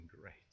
great